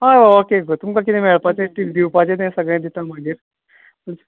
हय ओके गो तुमकां कितें मेळपाचें टीप दिवपाचें तें सगळें दितां मागीर